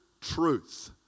truth